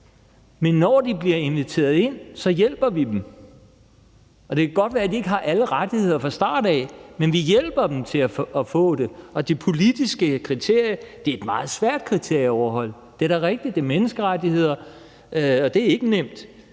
men når de bliver inviteret ind, hjælper vi dem. Det kan godt være, at de ikke har alle rettigheder fra starten, men vi hjælper dem til at få dem. Det politiske kriterie er et meget svært kriterie at opfylde. Det er da rigtigt. Det handler om menneskerettigheder, og det er ikke nemt,